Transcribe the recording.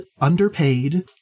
underpaid